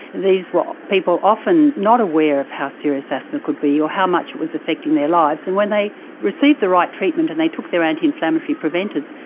these were people often not aware of how serious asthma could be or how much was affecting their lives. and when they received the right treatment and they took their anti-inflammatory preventers,